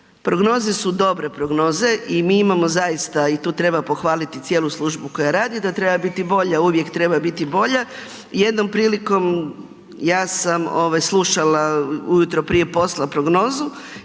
Prognoze su dobre prognoze i mi imamo zaista i tu treba pohvaliti cijelu službu koja radi da treba biti bolja, uvijek treba biti bolja. Jednom prilikom ja sam ovaj slušala ujutro prije posla prognozu